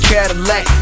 Cadillac